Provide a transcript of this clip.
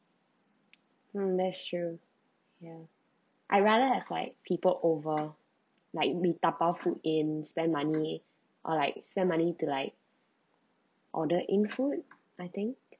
mm that's true ya I rather have like people over like we dabao food in spend money or like spend money to like order in food I think